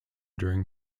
during